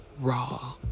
raw